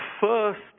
first